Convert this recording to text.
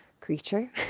creature